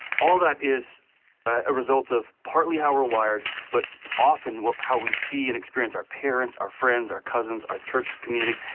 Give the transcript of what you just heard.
all that is a result of partly how we're wired, but often how we see and experience our parents, our friends, our cousins, our church community,